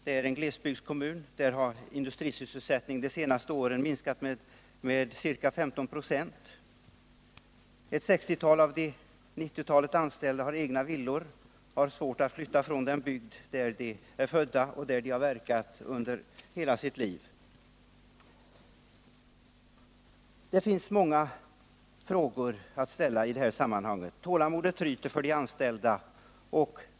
Det är en glesbygdskommun, där industrisysselsättningen under de senaste åren minskat med ca 15 96. Ett 60-tal av de ca 90 anställda har egna villor och har svårt att flytta från den bygd där de är födda och har verkat hela sitt liv. Det finns många frågor att ställa i detta sammanhang. Ovissheten är svår och tålamodet tryter för de anställda.